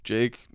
Jake